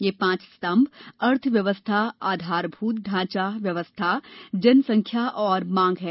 ये पांच स्तभ अर्थव्यवस्था आधारभूत ढांचा व्यवस्था जनसंख्या और मांग हैं